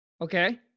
Okay